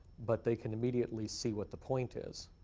but they can immediately see what the point is.